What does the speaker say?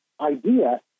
idea